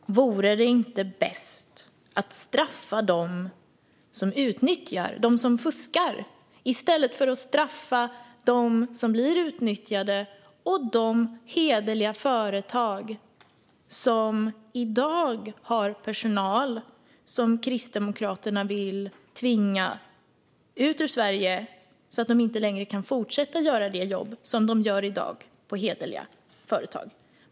Fru talman! Vore det inte bäst att straffa dem som utnyttjar - dem som fuskar - i stället för att straffa dem som blir utnyttjade och de hederliga företagen? Dessa hederliga företag har personal som Kristdemokraterna vill tvinga ut ur Sverige så att de inte kan fortsätta att göra det jobb de i dag gör.